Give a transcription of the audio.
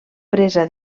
presa